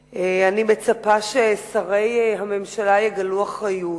2012, אני מצפה ששרי הממשלה יגלו אחריות.